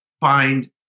find